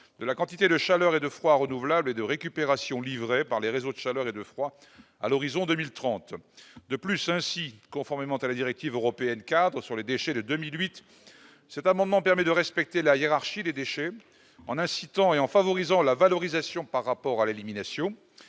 de la quantité de chaleur et de froid renouvelable de récupération livré par les réseaux, chaleur et de froid à l'horizon 2030 de plus ainsi, conformément à la directive européenne cadre sur les déchets de 2008, cet amendement permet de respecter la hiérarchie des déchets en incitant et en favorisant la valorisation par rapport à l'élimination,